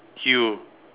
you